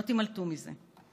לא תימלטו מזה.